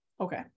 Okay